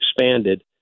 expanded